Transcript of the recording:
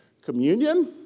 Communion